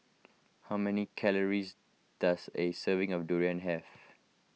how many calories does a serving of Durian have